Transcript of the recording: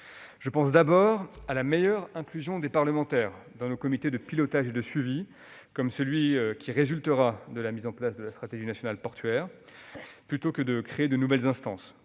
Je pense, tout d'abord, à la meilleure inclusion des parlementaires dans nos comités de pilotage et de suivi, comme celui qui résultera de la mise en place de la stratégie nationale portuaire, plutôt qu'à la création de nouvelles instances.